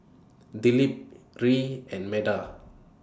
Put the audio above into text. Dilip Hri and Medha